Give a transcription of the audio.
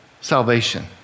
salvation